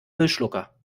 müllschlucker